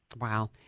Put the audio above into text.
Wow